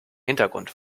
hintergrund